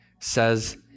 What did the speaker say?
says